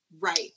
Right